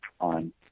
on